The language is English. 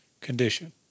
condition